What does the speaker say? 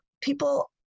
people